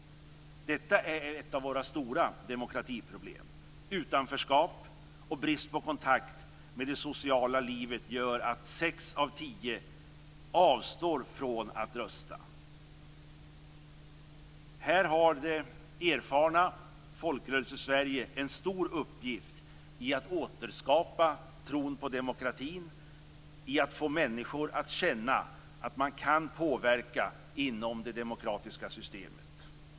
Detta är ett av våra stora demokratiproblem. Utanförskap och brist på kontakt med det sociala livet gör att sex av tio avstår från att rösta. Här har det erfarna Folkrörelsesverige en stor uppgift i att återskapa tron på demokratin, att få människor att känna att man kan påverka inom det demokratiska systemet.